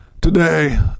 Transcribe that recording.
today